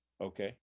Okay